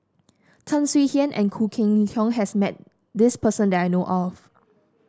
Tan Swie Hian and Khoo Cheng Tiong has met this person that I know of